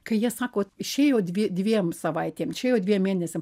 kai jie sako išėjo dvi dviem savaitėm išėjo dviem mėnesiam